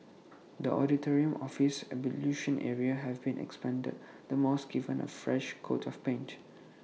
the auditorium office and ablution area have been expanded and the mosque given A fresh coat of paint